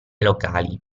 locali